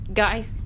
guys